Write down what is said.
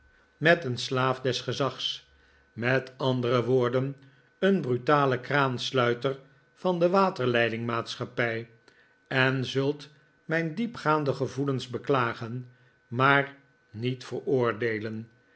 met een slaaf des gezags met andere woorden een brutalen kraansluiter van de waterleidingmaatschappij en zult mijn diepgaande gevoelens beklagen maar niet veroordeelen